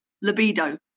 libido